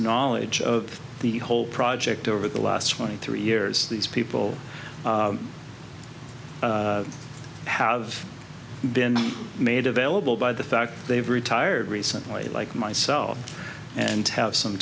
knowledge of the whole project over the last twenty three years these people have been made available by the fact they've retired recently like myself and have some